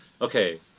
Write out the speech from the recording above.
okay